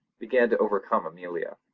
began to overcome amelia.